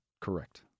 Correct